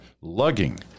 lugging